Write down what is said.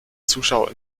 zuschauer